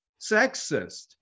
sexist